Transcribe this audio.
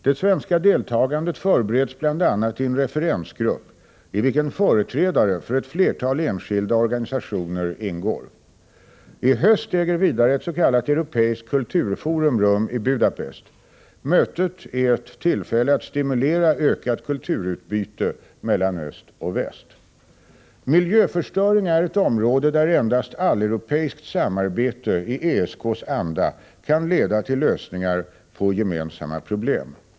Det svenska deltagandet förbereds bl.a. i en referensgrupp i vilken företrädare för ett flertal enskilda organisationer ingår. I höst äger vidare ett s.k. europeiskt kulturforum rum i Budapest. Mötet är ett tillfälle att stimulera ökat kulturutbyte mellan öst och väst. Miljöförstöring är ett område där endast alleuropeiskt samarbete i ESK:s anda kan leda till lösningar på gemensamma problem.